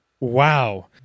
Wow